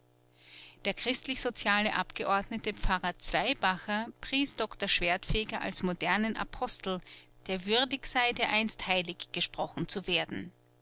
der christlichsoziale abgeordnete pfarrer zweibacher pries doktor schwertfeger als modernen apostel der würdig sei dereinst heilig gesprochen zu werden